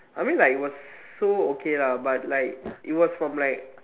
I mean like it was so okay lah but like it was from like